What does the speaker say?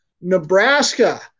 Nebraska